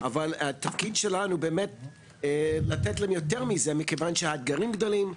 אבל התפקיד שלנו הוא באמת לתת להם יותר מזה מכיוון שהאתגרים גדלים,